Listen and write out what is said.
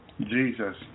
Jesus